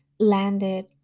landed